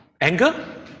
Anger